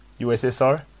USSR